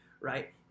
right